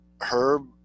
Herb